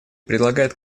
предлагает